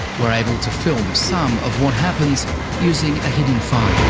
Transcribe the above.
we're able to film some of what happens using a hidden phone.